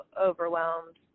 overwhelmed